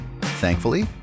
Thankfully